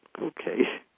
Okay